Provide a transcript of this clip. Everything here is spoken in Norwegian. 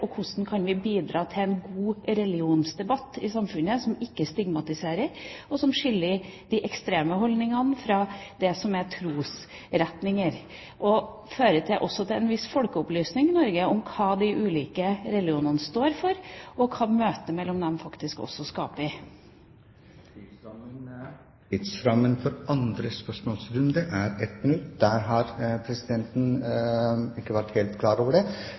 vi kan bidra til en god religionsdebatt i samfunnet som ikke stigmatiserer, men som skiller de ekstreme holdningene fra det som er trosretninger, og som også burde føre til en viss folkeopplysning i Norge om hva de ulike religionene står for, og hva møtet mellom dem faktisk skaper. Tidsrammen for andre spørsmålsrunde er ett minutt. Presidenten har ikke vært helt klar over det,